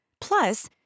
Plus